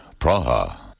Praha